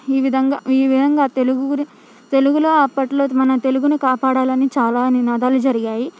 ఈ విధంగా ఈ విధంగా తెలుగు గురిం తెలుగులో అప్పట్లో మన తెలుగును కాపాడాలని చాలా నినాదాలు జరిగాయి